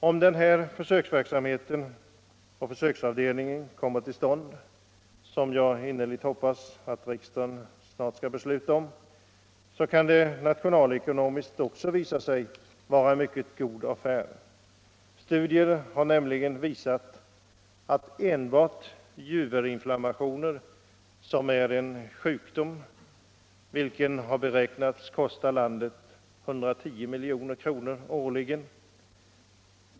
Om den här försöksavdelningen kommer till stånd, och jag hoppas forskning innerligt att riksdagen i dag skall fatta ett sådant beslut, kan det nationalekonomiskt visa sig vara en mycket god affär. Studier har givit vid handen att enbart juverinflammationerna beräknas kosta landet 110 milj.kr. per år.